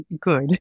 good